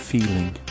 Feeling